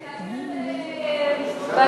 כן.